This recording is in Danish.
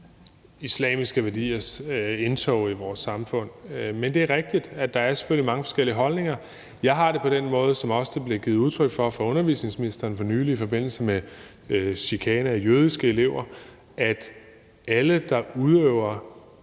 islamiske værdiers indtog i vores samfund. Men det er rigtigt, at der selvfølgelig er mange forskellige holdninger. Jeg har det på den måde, som der også er blevet givet udtryk for fra undervisningsministerens side for nylig i forbindelse med chikane af jødiske elever, at alle, der udøver